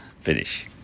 finish